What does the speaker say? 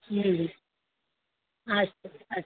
अस्तु अस्तु